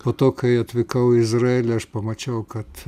po to kai atvykau į izraelį aš pamačiau kad